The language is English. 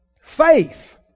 Faith